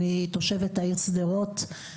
אני תושבת העיר שדרות,